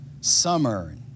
Summer